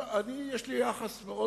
אני, יש לי יחס מאוד